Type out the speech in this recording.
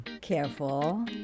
Careful